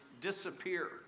disappear